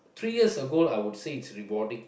three years ago I would say it's rewarding